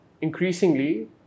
increasingly